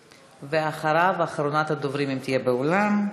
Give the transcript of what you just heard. ואחריו, אחרונת הדוברים, אם תהיה באולם,